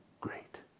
great